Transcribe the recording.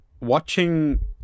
watching